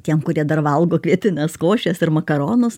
tiem kurie dar valgo kvietines košės ir makaronus